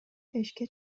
эшикке